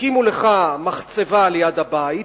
יקימו לך מחצבה ליד הבית,